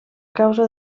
causa